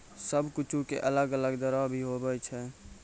सब कुछु के अलग अलग दरो भी होवै छै